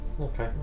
okay